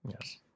Yes